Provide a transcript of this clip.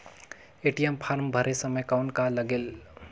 ATM form भरे समय कौन का लगेल?